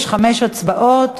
יש חמש הצבעות.